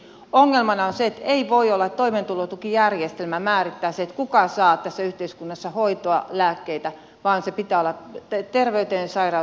ongelmana on se että ei voi olla niin että toimeentulotukijärjestelmä määrittää sen kuka saa tässä yhteiskunnassa hoitoa lääkkeitä vaan sen pitää olla terveyteen sairauteen perustuvaa